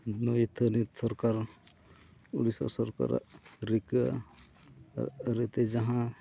ᱱᱩᱭ ᱛᱷᱟᱹᱱᱤᱛ ᱥᱚᱨᱠᱟᱨ ᱩᱲᱤᱥᱥᱟ ᱥᱚᱨᱠᱟᱨᱟᱜ ᱨᱤᱠᱟᱹ ᱟᱹᱨᱤᱛᱮ ᱡᱟᱦᱟᱸ